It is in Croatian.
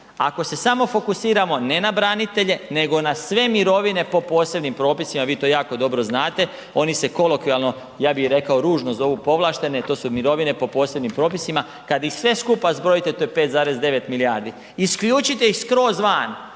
Ako se samo fokusiramo ne na branitelje nego na sve mirovine po posebnim propisima, vi to jako dobro znate, oni se kolokvijalno, ja bih rekao, ružno zovu povlaštene, to su mirovine po posebnim propisima, kad ih sve skupa zbrojite to je 5,9 milijardi. Isključite ih skroz van